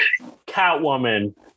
Catwoman